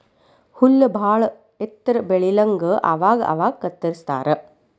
ಹುಲ್ಲ ಬಾಳ ಎತ್ತರ ಬೆಳಿಲಂಗ ಅವಾಗ ಅವಾಗ ಕತ್ತರಸ್ತಾರ